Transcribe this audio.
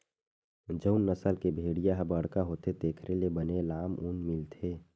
जउन नसल के भेड़िया ह बड़का होथे तेखर ले बने लाम ऊन मिलथे